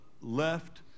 left